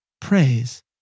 praise